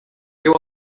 you